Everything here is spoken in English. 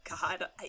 God